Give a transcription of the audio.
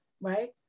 right